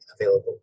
available